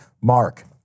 Mark